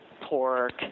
pork